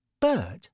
Bird